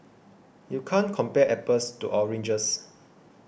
you can't compare apples to oranges